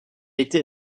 été